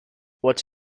what